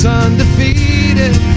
undefeated